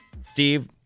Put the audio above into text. Steve